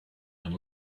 and